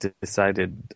decided